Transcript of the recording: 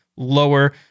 lower